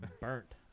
Burnt